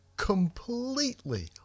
completely